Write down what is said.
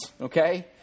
okay